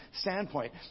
standpoint